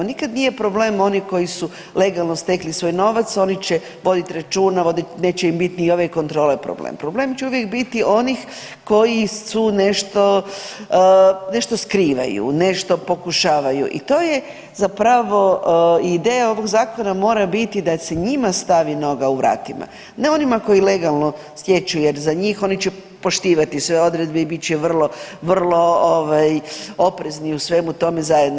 Nikad nije problem oni koji su legalno stekli svoj novac, oni će vodit računa, neće im bit ni ove kontrole problem, problem će uvijek biti onih koji su nešto, nešto skrivaju, nešto pokušavaju i to je, zapravo ideja ovog zakona mora biti da se njima stavi noga u vratima, ne onima koji legalno stječu jer za njih, oni će poštivati sve odredbe i bit će vrlo, vrlo ovaj oprezni u svemu tome zajedno.